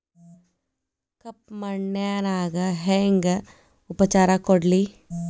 ಕಪ್ಪ ಮಣ್ಣಿಗ ನಾ ಹೆಂಗ್ ಉಪಚಾರ ಕೊಡ್ಲಿ?